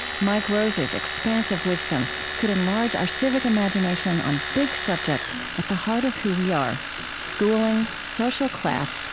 mike rose's expansive wisdom could enlarge our civic imagination on big subjects at the heart of who we are schooling, social class,